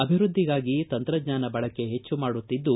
ಅಭಿವೃದ್ದಿಗಾಗಿ ತಂತ್ರಜ್ಞಾನ ಬಳಕೆ ಹೆಚ್ಚು ಮಾಡುತ್ತಿದ್ದು